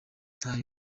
ntayo